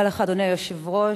אדוני היושב-ראש,